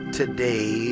today